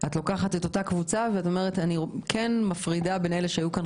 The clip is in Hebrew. את לוקחת את אותה קבוצה ומפרידה בין אלה שהיו כאן